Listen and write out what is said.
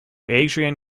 adrian